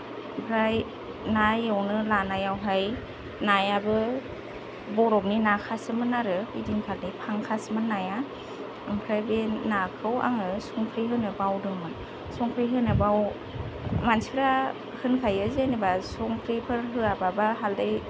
ओमफ्राय ना एवनो लानायावहाय नायाबो बरफनि नाखासोमोन आरो बे दिनखालि फांखासमोन नाया ओमफ्राय बे नाखौ आङो संख्रै होनो बावदोंमोन संख्रि होनो बाव मानसिफ्रा होनखायो जेनेबा संख्रिफोर होआबा बा हाल्दै